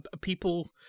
people